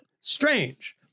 strange